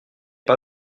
pas